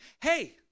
hey